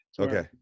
okay